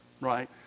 right